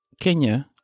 Kenya